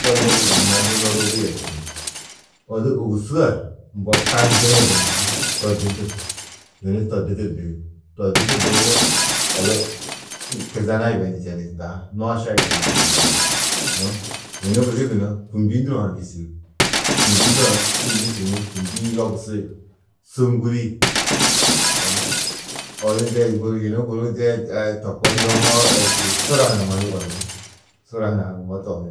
To nuduudu gunna du nuduudu yerčini. Odu ôwusu a mbo kasndirĩ gunna to di yunu to di du ligi. To di du liwo odu kizena yibeyundu tiyendi tunda ha, nooša yibeyundu tiyendi yunu gudi gunú kûmnji ndurã ha yîsi. Kûmnji ndurã su yîsu ni kûmnji-ĩ yobusi, sûŋguri Odu de guru yunu guru de a to koo njoŋoo sura hunã mannu yugondú sura hunã haŋumó tohi.